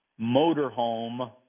motorhome